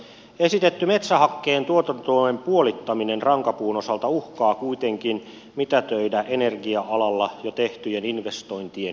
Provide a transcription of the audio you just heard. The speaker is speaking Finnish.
esitetty metsähakkeen tuotantotuen puolittaminen rankapuun osalta uhkaa kuitenkin mitätöidä energia alalla jo tehtyjen investointien hyötyjä